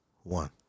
one